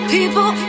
People